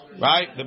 right